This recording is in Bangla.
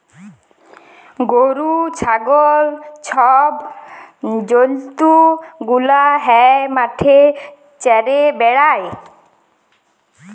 গরু, ছাগল ছব জল্তু গুলা হাঁ মাঠে চ্যরে বেড়ায়